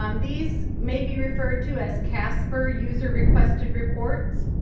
um these may be referred to as casper user-requested reports.